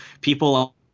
people